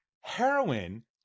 heroin